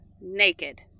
naked